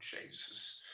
Jesus